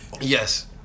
Yes